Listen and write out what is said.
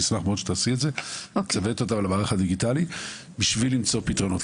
אני אשמח מאוד שתעשי את זה בשביל למצוא פתרונות,